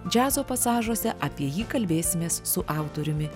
džiazo pasažuose apie jį kalbėsimės su autoriumi